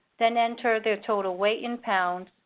then enter the total weight in pounds,